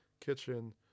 kitchen